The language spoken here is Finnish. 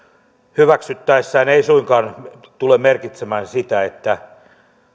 hyväksyttäessä se ei suinkaan tule merkitsemään sitä että